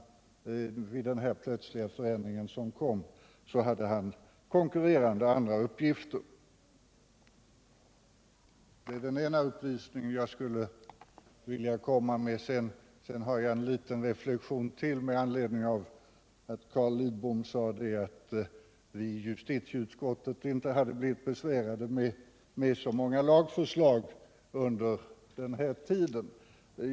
Vid den plötsliga ändringen hade han konkurrerande andra uppgifter. Sedan har jag en liten reflexion med anledning av att Carl Lidbom sade att viijustitieutskottet inte hade blivit besvärade med så många lagförslag under den här tiden.